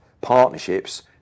partnerships